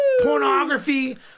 pornography